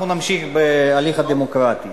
אנחנו נמשיך בהליך הדמוקרטי.